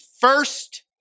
first